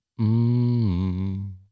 Mmm